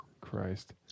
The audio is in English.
Christ